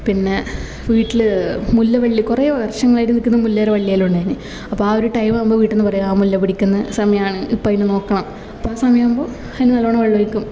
പിന്നെ വീട്ടിൽ മുല്ലവള്ളി കുറെ വർഷങ്ങളായിട്ട് നിക്കുന്ന മുല്ലേര വള്ളിയെല്ലാം ഉണ്ടായേന് അപ്പം ആ ഒര് ടൈമാകുമ്പോൾ വീട്ട്ന്ന് പറയും ആ മുല്ല പിടിക്കുന്ന സമായാണ് ഇപ്പം അതിനെ നോക്കണം അപ്പം ആ സമയകുമ്പോൾ അതിന് നല്ലോണം വെള്ളമൊഴിക്കും